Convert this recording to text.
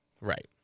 Right